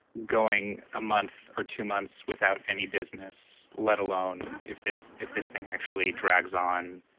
going a month or two months without any business, let alone if this if this thing actually drags on,